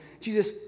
Jesus